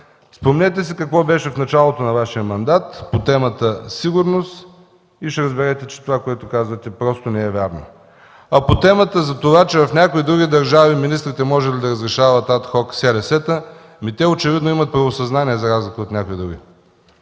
Спомнете си какво беше в началото на Вашия мандат по темата „Сигурност” и ще разберете, че това, което казвате, просто не е вярно. А по темата за това, че в някои други държави министрите можели да разрешават ад хок сересетата, те очевадно имат правосъзнание, за разлика от някои други.